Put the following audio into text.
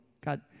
God